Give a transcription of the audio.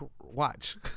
watch